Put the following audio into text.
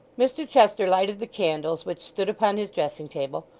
mr chester lighted the candles which stood upon his dressing-table,